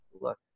look